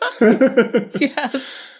Yes